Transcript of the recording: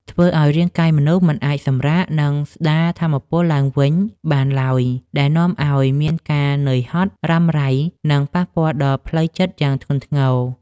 ធ្វើឱ្យរាងកាយមនុស្សមិនអាចសម្រាក និងស្តារថាមពលឡើងវិញបានឡើយ ដែលនាំឱ្យមានការនឿយហត់រ៉ាំរ៉ៃ និងប៉ះពាល់ដល់ផ្លូវចិត្តយ៉ាងធ្ងន់ធ្ងរ។